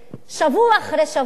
שבוע אחרי שבוע,